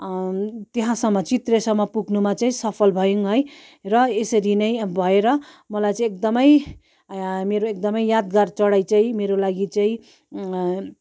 त्यहाँसम्म चित्रेसम्म पुग्नुमा चाहिँ सफल भयौँ है र यसरी नै भएर मलाई चाहिँ एकदमै आ यहाँ मेरो एकदम यादगार चडाइ चाहिँ मेरो लागि चाहिँ